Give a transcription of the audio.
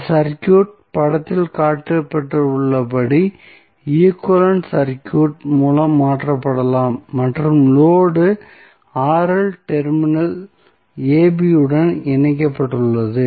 இந்த சர்க்யூட் படத்தில் காட்டப்பட்டுள்ளபடி ஈக்விவலெண்ட் சர்க்யூட் மூலம் மாற்றப்படலாம் மற்றும் லோடு டெர்மினல் ab உடன் இணைக்கப்பட்டுள்ளது